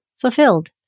fulfilled